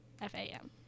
F-A-M